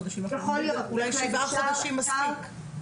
חודשים; אולי שבעה חודשים יספיקו.